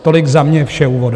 Tolik za mě vše úvodem.